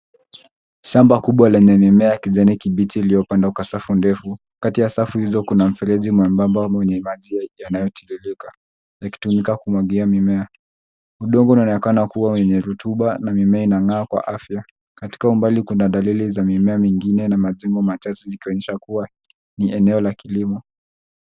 Shamba kubwa lenye mimea ya kijani kibichi iliyopandwa kwa safu ndefu. Kati ya safu hizo mfereji mwembamba wenye maji yanayotiririka yakitumika kumwagia mimea. Udongo unaonekana kuwa wenye rutuba na mimea inang'aa kwa afya. Katika umbali kuna dalili za mimea mingine na majengo machache kuonesha ni eneo la kilimo.